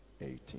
eighteen